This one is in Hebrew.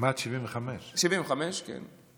כמעט 75. 75, כן.